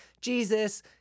Jesus